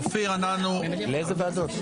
לאיזה ועדות?